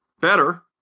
better